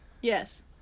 Yes